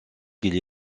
qu’ils